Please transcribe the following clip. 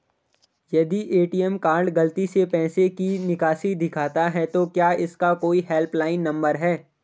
यदि ATM card गलती से पैसे की निकासी दिखाता है तो क्या इसका कोई हेल्प लाइन नम्बर है?